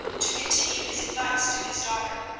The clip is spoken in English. to continue his advice to his daughter.